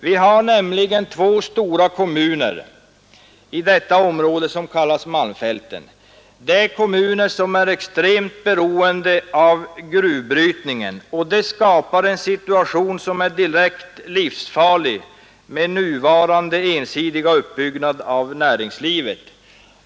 Vi har två stora kommuner i det område som kallas Malmfälten. Det är kommuner som är extremt beroende av gruvbrytningen, vilket skapar en situation som är direkt livsfarlig med nuvarande ensidiga uppbyggnad av näringslivet.